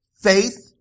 Faith